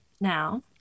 now